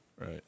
Right